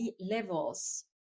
levels